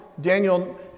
Daniel